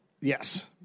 Yes